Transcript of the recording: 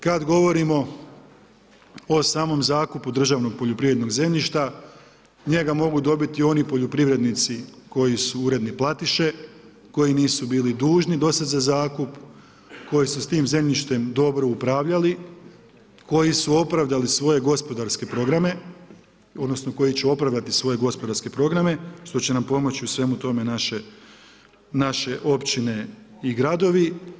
Kad govorimo o samom zakupu državnog poljoprivrednog zemljišta, njega mogu dobiti oni poljoprivrednici, koji su uredni platiše, koji nisu bili dužni … za zakup, koji su s tim zemljištem dobro upravljali, koji su opravdali svoje gospodarske programe, odnosno, koji će opravdati svoje gospodarske programe, što će nam pomoći u svemu tome naše općine i gradovi.